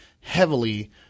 heavily